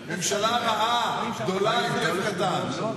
החלטה עכשיו: ממשלה רעה, גדולה עם לב קטן.